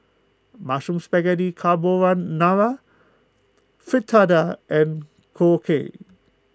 Mushroom Spaghetti Carbonara Fritada and Korokke